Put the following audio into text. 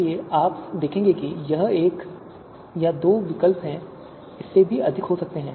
इसलिए इसलिए आप देखेंगे कि यह एक विकल्प या दो विकल्प या इससे भी अधिक हो सकता है